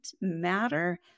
matter